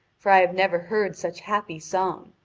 for i have never heard such happy song,